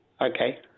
Okay